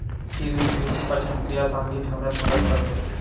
हिरवी मिरची पचनक्रिया चांगली ठेवण्यास मदत करते